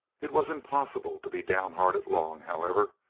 it was impossible to be downhearted long, however.